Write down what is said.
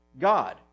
God